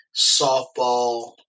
softball